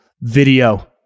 Video